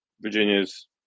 Virginia's